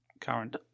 current